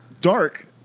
Dark